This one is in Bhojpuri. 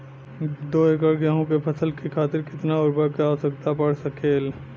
दो एकड़ गेहूँ के फसल के खातीर कितना उर्वरक क आवश्यकता पड़ सकेल?